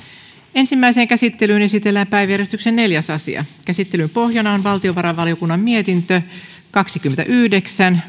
ensimmäiseen käsittelyyn esitellään päiväjärjestyksen neljäs asia käsittelyn pohjana on valtiovarainvaliokunnan mietintö kaksikymmentäyhdeksän